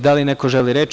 Da li neko želi reč?